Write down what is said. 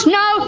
no